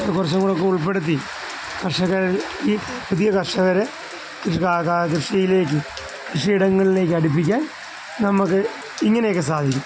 കുറച്ചുംകൂടെ ഒക്കെ ഉൾപ്പെടുത്തി കർഷകരിൽ ഈ പുതിയ കർഷകരെ കൃഷിയിലേക്ക് കൃഷിയിടങ്ങളിലേക്ക് അടുപ്പിക്കാൻ നമുക്ക് ഇങ്ങനെയെക്കെ സാധിക്കും